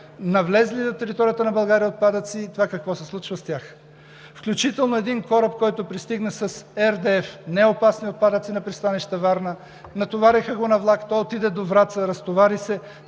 навлезли на територията на България отпадъци и това какво се случва с тях. Включително един кораб, който пристигна с RDF неопасни отпадъци на пристанище Варна, натовариха го на влак, той отиде до Враца, разтовари се